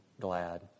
glad